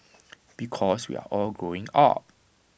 because we're all growing up